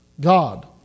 God